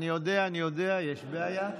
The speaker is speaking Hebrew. אני יודע, יש בעיה.